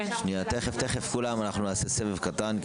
שנייה, תכף כולם, אנחנו נעשה סבב קטן.